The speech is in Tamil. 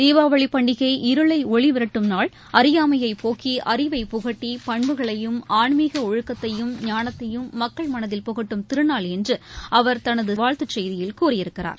தீபாவளிபண்டிகை இருளைஒளிவிரட்டும் நாள் அறியாமையைபோக்கிஅறிவைப் புகட்டி பண்புகளையும் ஆன்மீகஒழுக்கத்தையும் ஞானத்தையும் மக்கள் மனதில் புகட்டும் திருநாள் என்றுஅவர் தனதுசெய்தியில் கூறியிருக்கிறார்